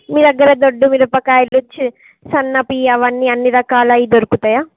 మీ దగ్గర దొడ్డు మిరపకాయాలు చి సన్నటివీ అవన్నీ అన్నిరకాలవి దొరుకుతాయా